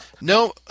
no